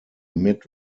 mid